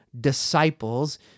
disciples